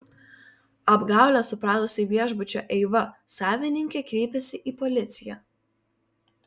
apgaulę supratusi viešbučio eiva savininkė kreipėsi į policiją